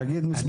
תגיד מספרים.